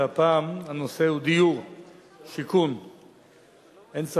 תסקור את מה שבית"ר,